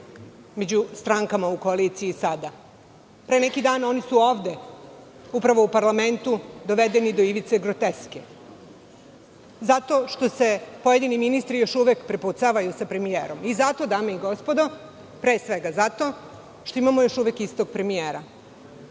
među strankama u koaliciji sada. Pre neki dan oni su ovde upravo u parlamentu dovedeni do ivice groteske. Zato što se pojedini ministri još uvek prepucavaju sa premijerom. Dame i gospodo, pre svega zato što imamo još uvek istog premijera.